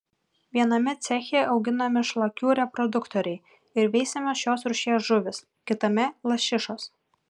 viename ceche auginami šlakių reproduktoriai ir veisiamos šios rūšies žuvys kitame lašišos